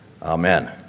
Amen